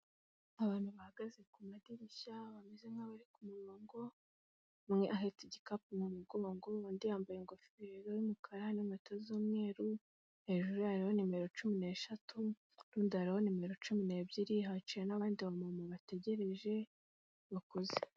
Abantu bahagaze ku madirishya, bameze nk'abari ku murongo, umwe ahetse igikapu mu mugongo undi yambaye ingofero y'umukara n'inkweto z'umweru, hejuru ye hariho nimero cumi n'eshatu, ku rundi hariho nimero cumi n'ebyiri hicaye n'abandi bamama bategereje bakuze.